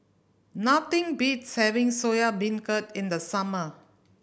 nothing beats having Soya Beancurd in the summer